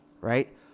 right